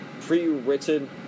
pre-written